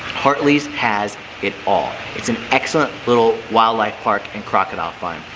hartley's has it all, it's an excellent little wildlife park and crocodile farm.